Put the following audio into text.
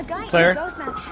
Claire